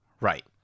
right